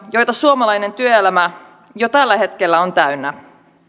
joita suomalainen työelämä jo tällä hetkellä on täynnä